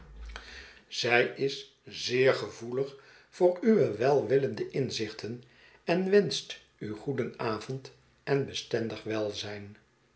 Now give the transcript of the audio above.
zij is zeer gevoelig voor uwe welwillende inzichten en wenscht u goedenavond en bestendig welzijn